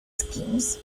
schemes